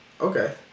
Okay